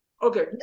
Okay